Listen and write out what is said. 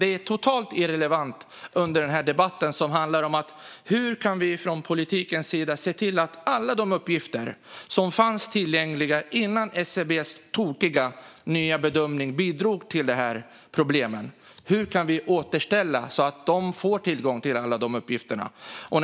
Den är totalt irrelevant under den här debatten, som handlar om hur vi från politikens sida kan se till att alla uppgifter som fanns tillgängliga innan SCB:s tokiga nya bedömning bidrog till problemen kan återställas så att alla myndigheter får tillgång till alla uppgifterna.